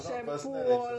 no I ue dove